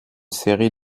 série